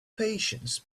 patience